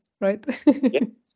right